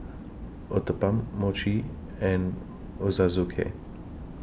Uthapam Mochi and Ochazuke